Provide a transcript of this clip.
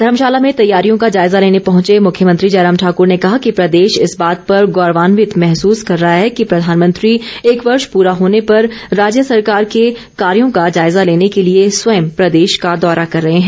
धर्मशाला में तैयारियों का जायजा लेने पहुंचे मुख्यमंत्री जयराम ठाक्र ने कहा कि प्रदेश इस बात पर गौरवान्वित महसूस कर रहा है कि प्रधानमंत्री एक वर्ष पूरा होने पर राज्य सरकार के कार्यो का जायजा लेने के लिए स्वय प्रदेश का दौरा कर रहे हैं